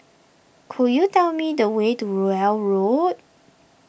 could you tell me the way to Rowell Road